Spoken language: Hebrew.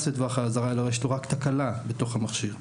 לטווח האזהרה אלא יש לו רק תקלה בתוך המכשיר.